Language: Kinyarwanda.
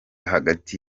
hagati